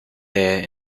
there